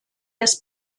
des